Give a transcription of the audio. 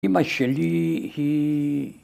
אמא שלי היא